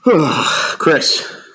Chris